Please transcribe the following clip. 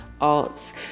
Arts